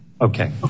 Okay